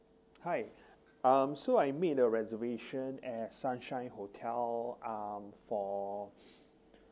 hi um so I made a reservation at sunshine hotel um for